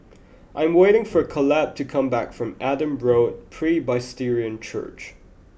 I am waiting for Kaleb to come back from Adam Road Presbyterian Church